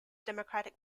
democratic